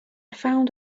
found